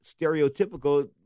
stereotypical